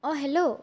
অঁ হেল্ল'